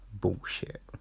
bullshit